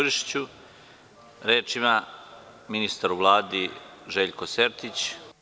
Reč ima ministar u Vladi, Željko Sertić.